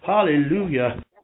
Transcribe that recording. Hallelujah